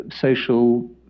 social